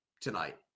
tonight